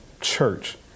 church